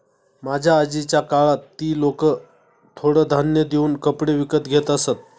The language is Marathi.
माझ्या आजीच्या काळात ती लोकं थोडं धान्य देऊन कपडे विकत घेत असत